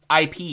IP